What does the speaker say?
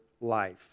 life